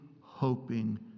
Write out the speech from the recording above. hoping